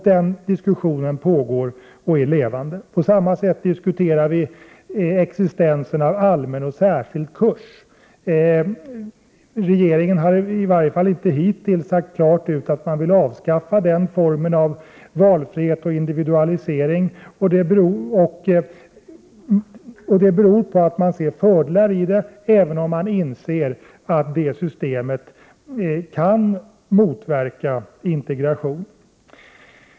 Den diskussionen pågår och är levande. På samma sätt diskuterar vi existensen av allmän och särskild kurs. Regeringen har i varje fall inte hittills sagt klart ut att man vill avskaffa den formen av valfrihet och individualisering. Det beror på att man ser fördelar i den, även om man inser att det systemet kan motverka integration.